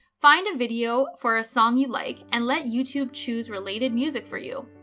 find a video for a song you like and let youtube choose related music for you.